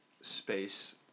space